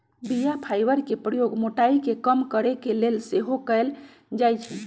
बीया फाइबर के प्रयोग मोटाइ के कम करे के लेल सेहो कएल जाइ छइ